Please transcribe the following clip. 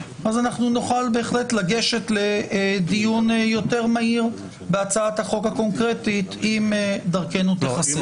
נוכל לגשת לדיון יותר מהיר בהצעת החוק הקונקרטית אם דרכנו תיחסם.